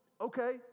okay